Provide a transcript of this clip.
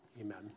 Amen